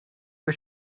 was